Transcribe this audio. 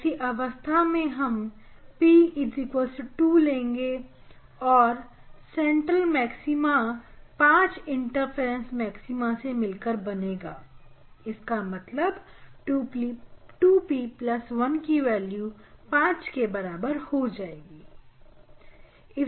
ऐसी अवस्था में हम p 2 लेंगे और सेंट्रल मैक्सिमा 5 इंटरफ्रेंस मैक्सिमा से मिलकर बनेगा इसका मतलब 2p15 होगा